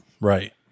Right